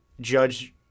Judge